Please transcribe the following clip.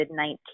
COVID-19